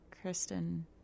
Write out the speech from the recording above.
Kristen